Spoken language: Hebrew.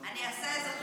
הוא לא בכושר.